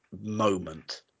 moment